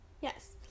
Yes